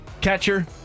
catcher